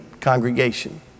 congregation